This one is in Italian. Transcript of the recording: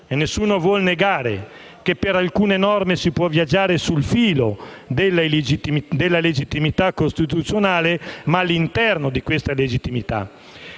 e nessuno vuol negare che, per alcune norme, si viaggia sul filo della legittimità costituzionale, ma all'interno di questa legittimità.